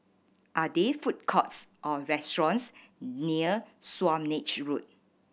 are there food courts or restaurants near Swanage Road